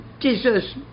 Jesus